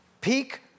peak